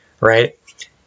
Right